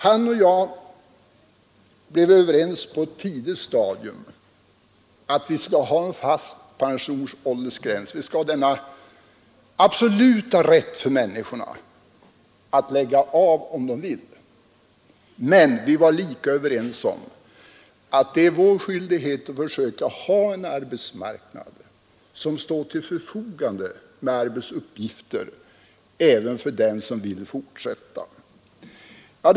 Han och jag blev på ett tidigt stadium överens om att vi skall ha en fast pensionsåldersgräns, att vi skall ha denna absoluta rätt för människorna att lägga av om de vill. Men vi var lika överens om att det var vår skyldighet att försöka ha en arbetsmarknad som står till förfogande med arbetsuppgifter även för den pensionär som vill fortsätta arbeta.